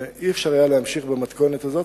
אי-אפשר היה להמשיך במתכונת הזאת.